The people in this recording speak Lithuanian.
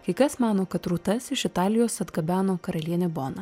kai kas mano kad rūtas iš italijos atgabeno karalienė bona